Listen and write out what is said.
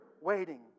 waiting